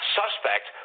suspect